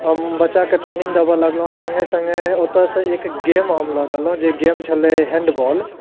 हम बच्चा कऽ ट्रेनिङ्ग देबऽ लगलहुँ सङ्गे सङ्गे ओतऽसँ एक गेम हम लऽ लेलहुँ जे गेम छलै हैण्ड बौल